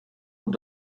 und